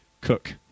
cook